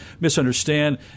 misunderstand